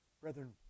Brethren